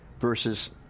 versus